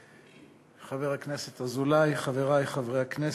חבר הכנסת אזולאי, חברי חברי הכנסת,